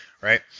right